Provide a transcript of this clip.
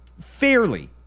fairly